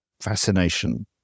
fascination